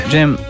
Jim